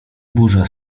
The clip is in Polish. burza